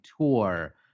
tour